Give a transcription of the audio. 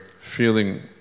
feeling